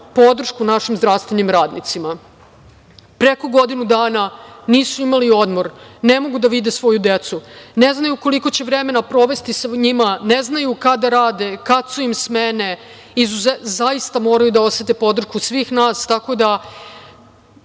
podršku našim zdravstvenim radnicima. Preko godinu dana nisu imali odmor, ne mogu da vide svoju decu, ne znaju koliko će vremena provesti sa njima, ne znaju kad da rade, kad su im smene. Zaista moraju da osete podršku svih nas, tako da